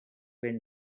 been